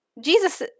Jesus